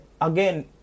again